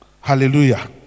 hallelujah